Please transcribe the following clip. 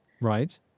Right